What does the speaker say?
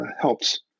helps